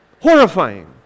horrifying